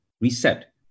reset